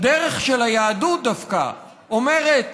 הדרך של היהדות דווקא אומרת: